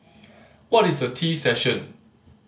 what is a tea session